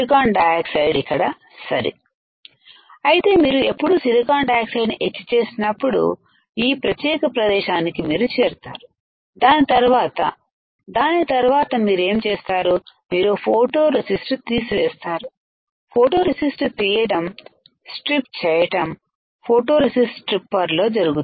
SiO2 ఇక్కడ sorry అయితేమీరు ఎప్పుడు SIO2 ను ఎచ్ చేసినప్పుడు ఈ ప్రత్యేకప్రదేశానికి మీరు చేరుతారు దాని తర్వాత తర్వాత మీరేం చేస్తారు మీరు ఫోటో రెసిస్ట్ తీసివేస్తారుఫోటో రెసిస్ట్ తీయటం స్ట్రీప్ప చేయటంఫోటో రెసిస్ట్ స్ట్రీప్పర్ లో జరుగుతుంది